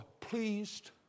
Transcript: pleased